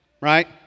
right